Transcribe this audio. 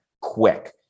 quick